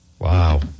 Wow